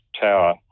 tower